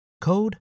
code